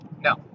No